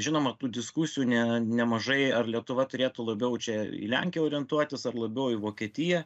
žinoma tų diskusijų ne nemažai ar lietuva turėtų labiau čia į lenkiją orientuotis ar labiau į vokietiją